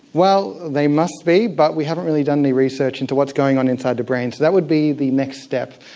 well, they must be, but we haven't really done any research into what's going on inside the brain, so that would be the next step,